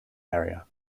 area